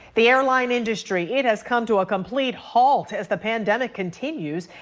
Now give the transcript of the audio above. the airline industry it has come to a complete halt as the pandemic continues.